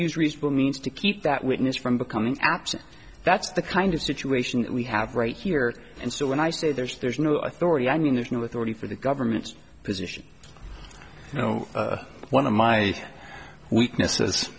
use reasonable means to keep that witness from becoming absent that's the kind of situation we have right here and so when i say there's there's no authority i mean there's no authority for the government's position you know one of my weaknesses